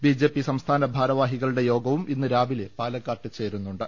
BJP സംസ്ഥാന ഭാരവാഹികളുടെ യോഗവും ഇന്ന് രാവിലെ പാലക്കാട്ട് ചേരുന്നുണ്ട്